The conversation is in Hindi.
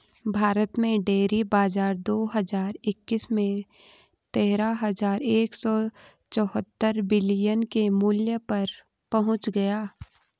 भारत में डेयरी बाजार दो हज़ार इक्कीस में तेरह हज़ार एक सौ चौहत्तर बिलियन के मूल्य पर पहुंच गया